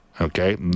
okay